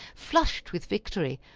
flushed with victory,